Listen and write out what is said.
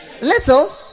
little